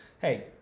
Hey